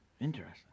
Interesting